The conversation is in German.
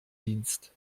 dienst